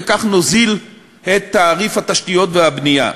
וכך נוזיל את תעריף התשתיות והבנייה.